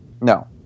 No